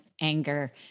anger